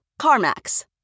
CarMax